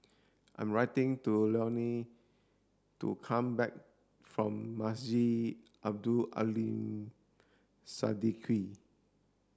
I'm writing to Leonie to come back from Masjid Abdul Aleem Siddique